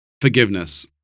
forgiveness